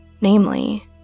Namely